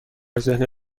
ذهن